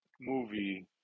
movie